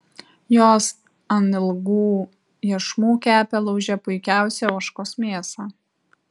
jos ant ilgų iešmų kepė lauže puikiausią ožkos mėsą